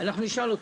אנחנו נשאל אותו.